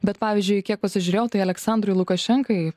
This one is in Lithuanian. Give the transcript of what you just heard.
bet pavyzdžiui kiek pasižiūrėjau tai aliaksandrui lukašenkai